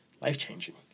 life-changing